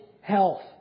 health